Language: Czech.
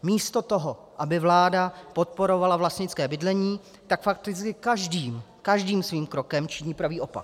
Místo toho, aby vláda podporovala vlastnické bydlení, tak fakticky každým každým svým krokem činí pravý opak.